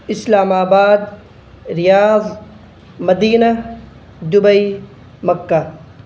اسلام آباد Riyadh Medina Dubai مکہ